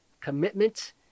commitment